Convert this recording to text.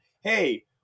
hey